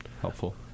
helpful